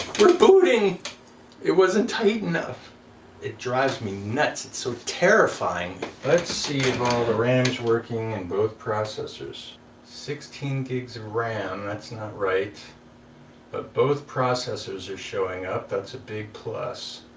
we're booting it wasn't tight enough it drives me nuts. it's so terrifying let's see if all the rams working in and both processors sixteen gigs of ram that's not right but both processors are showing up. that's a big plus